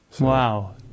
Wow